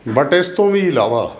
but ਇਸ ਤੋਂ ਵੀ ਇਲਾਵਾ